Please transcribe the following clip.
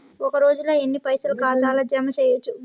ఒక రోజుల ఎన్ని పైసల్ ఖాతా ల జమ చేయచ్చు?